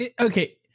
Okay